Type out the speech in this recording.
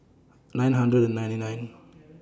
nine hundred and ninety nine